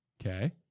Okay